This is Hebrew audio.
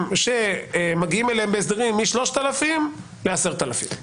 שמגיעים אליהם בהסדרים מ-3,000 ל-10,000.